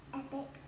epic